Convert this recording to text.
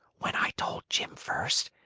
when i told jim first,